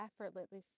effortlessly